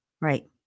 Right